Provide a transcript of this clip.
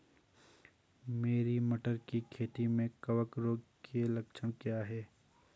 मेरी मटर की खेती में कवक रोग के लक्षण क्या हैं?